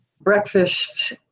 breakfast